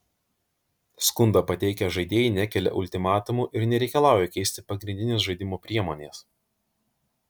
skundą pateikę žaidėjai nekelia ultimatumų ir nereikalauja keisti pagrindinės žaidimo priemonės